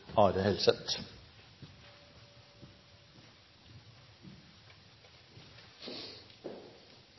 Are Helseth